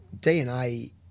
DNA